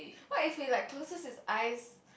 what if he like closes his eyes